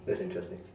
that's interesting